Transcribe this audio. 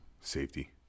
Safety